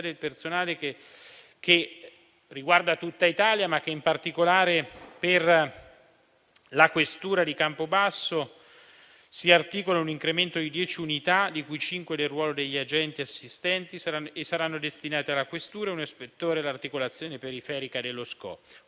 del personale che riguarda tutta Italia, ma che in particolare per la questura di Campobasso si articola in un incremento di dieci unità, di cui cinque del ruolo degli agenti assistenti; saranno inoltre destinati alla questura un ispettore dell'articolazione periferica del